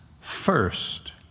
first